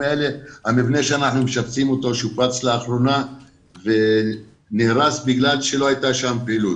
המבנה אותו אנחנו משפצים שופץ לאחרונה ונהרס בגלל שלא הייתה שם פעילות.